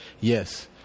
Yes